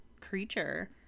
creature